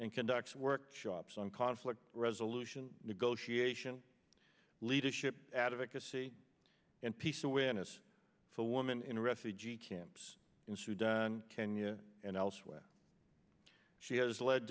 and conducts workshops on conflict resolution negotiation leadership advocacy and peace awareness for woman in refugee camps in sudan kenya and elsewhere she has led